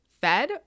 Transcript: fed